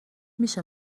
میشه